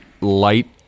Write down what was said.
light